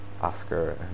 Oscar